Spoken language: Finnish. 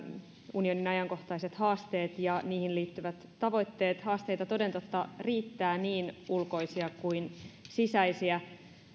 unionin ajankohtaiset haasteet ja niihin liittyvät tavoitteet haasteita toden totta riittää niin ulkoisia kuin sisäisiä